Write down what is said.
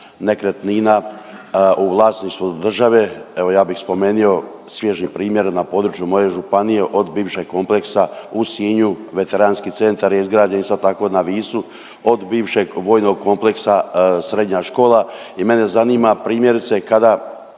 nekretnina u vlasništvu države, evo ja bi spomenuo svježi primjer na području moje županije od bivšeg kompleksa u Sinju, veteranski centar je izgrađen isto tako na Visu od bivšeg vojnog kompleksa srednja škola i mene zanima primjerice kada